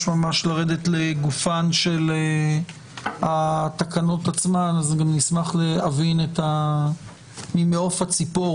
ממש לרדת לגופן של התקנות עצמן אז גם נשמח להבין ממעוף הציפור